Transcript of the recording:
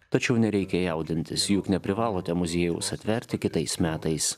tačiau nereikia jaudintis juk neprivalote muziejaus atverti kitais metais